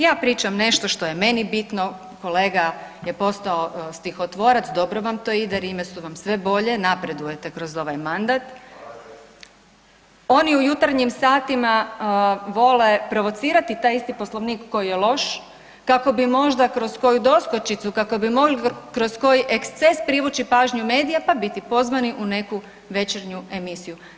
Ja pričam nešto što je meni bitno, kolega je postao stihotvorac, dobro vam to ide, rime su vam sve bolje, napredujete kroz ovaj mandat, oni u jutarnjim satima vole provocirati taj isti poslovnik koji je loš kako bi možda kroz koju doskočicu, kako bi mogli kroz koji eksces privući pažnju medija pa biti pozvani u neku večernju emisiju.